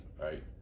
right